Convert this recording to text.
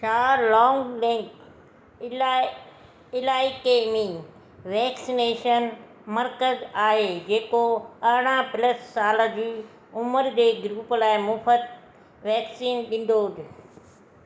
छा लोंगलेंग इलाइ इलाइक़े में वैक्सनेशन मर्कज़ु आहे जेको अरिड़ाहं प्लस साल जी उमिरि जे ग्रुप लाइ मुफ़्त वैक्सीन ॾींदो हुजे